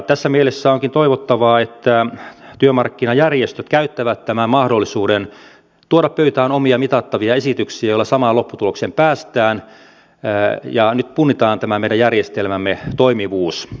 tässä mielessä onkin toivottavaa että työmarkkinajärjestöt käyttävät tämän mahdollisuuden tuoda pöytään omia mitattavia esityksiään joilla samaan lopputulokseen päästään ja nyt punnitaan tämä meidän järjestelmämme toimivuus